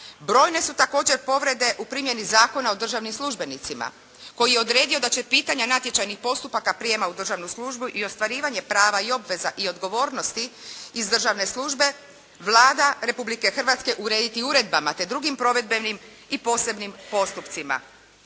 Brojne su, također povrede u primjeni Zakona o državnim službenicima koji je odredio da će pitanja natječajnih postupaka prijema u državnu službu i ostvarivanje prava i obveza i odgovornosti iz državne službe Vlada Republike Hrvatske urediti uredbama te drugim provedbenim i posebnim postupcima.